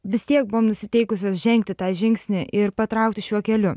vis tiek buvom nusiteikusios žengti tą žingsnį ir patraukti šiuo keliu